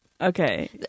Okay